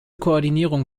koordinierung